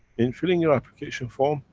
in filling your application form,